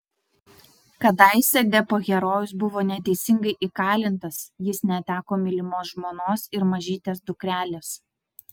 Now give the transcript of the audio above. kadaise deppo herojus buvo neteisingai įkalintas jis neteko mylimos žmonos ir mažytės dukrelės